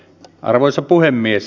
arvoisa puhemies